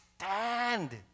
stand